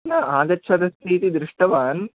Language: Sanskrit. न आगच्छदस्तीति दृष्टवान्